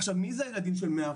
עכשיו, מי זה למשל הילדים של 100%?